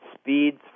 speeds